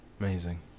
amazing